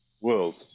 world